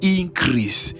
increase